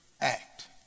act